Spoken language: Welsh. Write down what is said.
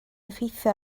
effeithio